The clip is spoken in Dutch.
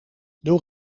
door